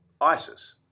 ISIS